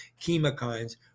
chemokines